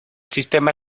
sistema